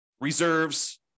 reserves